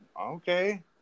Okay